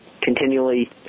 continually